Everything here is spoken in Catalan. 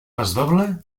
pasdoble